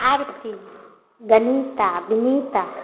Aarti Vinita Vinita